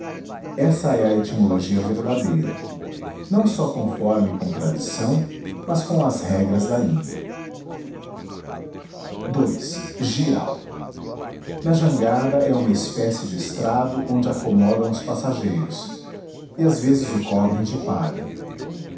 essa é a etimologia verdadeira não só conforme com tradição mas com as regras da língua ii jirau na jangada é uma espécie de estrado onde acomodam os passageiros e às vezes o cobrem de palha